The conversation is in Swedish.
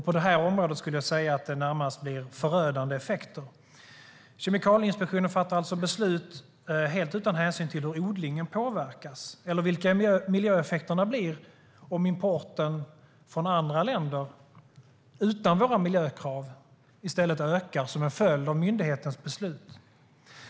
På det här området blir det närmast förödande effekter. Kemikalieinspektionen fattar beslut helt utan hänsyn till hur odlingen påverkas eller vilka miljöeffekterna blir om importen från andra länder utan våra miljökrav i stället ökar som en följd av myndighetens beslut.